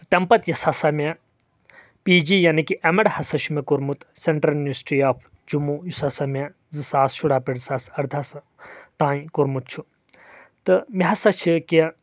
تہٕ تیٚمہِ پتہٕ یۄس ہسا مےٚ پی جی یعنی کی ایٚم ایڈ ہسا چھُ مےٚ کوٚرمُت سٮ۪نٹرل یوٗنِورسٹی آف جموٗ یُس ہسا مےٚ زٕ ساس شُراہ پٮ۪ٹھ زٕ ساس اردا ہس تام کوٚرمُت چھُ تہٕ مےٚ ہسا چھِ کینٛہہ